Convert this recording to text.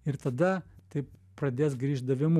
ir tada taip pradės grįš davimu